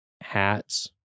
Hats